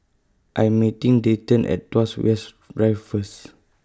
I'm meeting Dayton At Tuas West Drive First